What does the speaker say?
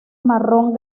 marrón